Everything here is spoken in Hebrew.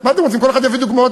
ורק העובדה היא שכשבא מנהל